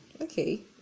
Okay